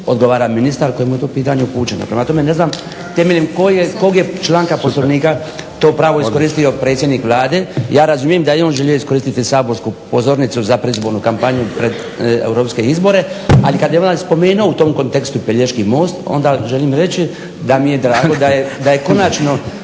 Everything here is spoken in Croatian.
odgovara ministar kojemu je to pitanje upućeno. Prema tome, ne znam temeljem kog je članka Poslovnika to pravo iskoristio predsjednik Vlade. Ja razumijem da je on želio iskoristiti saborsku pozornicu za predizbornu kampanju pred europske izbore. Ali kad je Milanović spomenuo u tom kontekstu Pelješki most, onda želim reći da mi je drago da je konačno